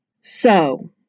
So-